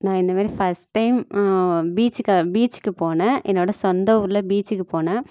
நான் இந்தமாதிரி first time பீச்சுக்கு பீச்சுக்கு போனேன் என்னோட சொந்த ஊரில் பீச்சுக்கு போனேன்